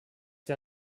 der